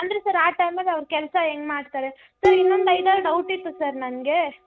ಅಂದರೆ ಸರ್ ಆ ಟೈಮಲ್ಲಿ ಅವ್ರು ಕೆಲಸ ಹೆಂಗೆ ಮಾಡ್ತಾರೆ ಸರ್ ಇನ್ನೊಂದು ಐದಾರು ಡೌಟಿತ್ತು ಸರ್ ನನಗೇ